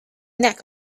neck